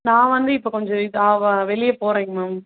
நான் வந்து இப்போ கொஞ்சம் தா வா வெளியே போகிறேங்க மேம்